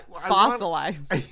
Fossilized